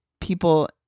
people